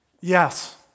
Yes